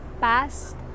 past